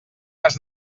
vas